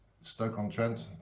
Stoke-on-Trent